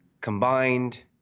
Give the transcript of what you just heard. combined